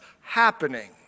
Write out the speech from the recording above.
happening